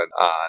on